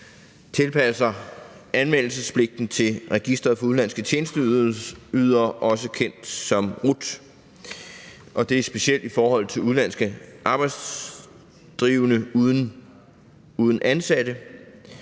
tilpasser anmeldelsespligten til Registret for Udenlandske Tjenesteydere, også kendt som RUT, og det er specielt i forhold til udenlandske erhvervsdrivende uden ansatte.